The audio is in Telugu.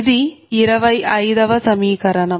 ఇది 25 వ సమీకరణం